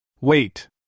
Wait